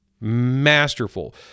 masterful